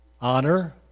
honor